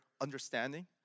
understanding